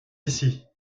ici